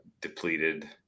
depleted